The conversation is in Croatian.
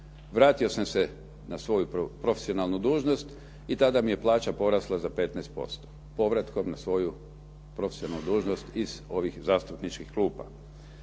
Vratio sam se na svoju profesionalnu dužnost i tada mi je plaća porasla za 15%, povratkom na svoju profesionalnu dužnost iz ovih zastupničkih klupa.